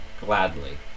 gladly